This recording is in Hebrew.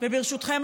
וברשותכם,